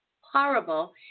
horrible